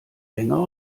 länger